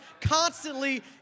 constantly